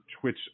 Twitch